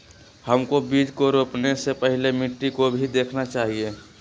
हमको बीज को रोपने से पहले मिट्टी को भी देखना चाहिए?